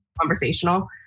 Conversational